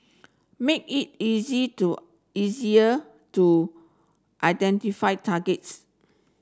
make it easy to easier to identify targets